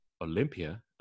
Olympia